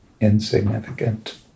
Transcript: insignificant